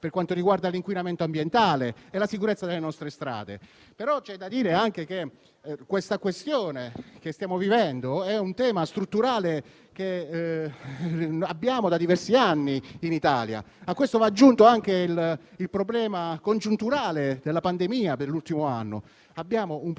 per quanto riguarda l'inquinamento ambientale e la sicurezza delle nostre strade. C'è da dire anche però che la situazione in cui stiamo vivendo è strutturale e l'abbiamo da diversi anni in Italia. A questo va aggiunto anche il problema congiunturale della pandemia dell'ultimo anno. Abbiamo - è vero